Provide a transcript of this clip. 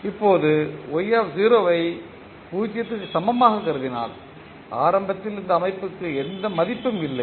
இப்போது y ஐ 0 க்கு சமமாகக் கருதினால் ஆரம்பத்தில் இந்த அமைப்புக்கு எந்த மதிப்பும் இல்லை